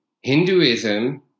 Hinduism